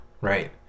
right